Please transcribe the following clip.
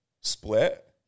split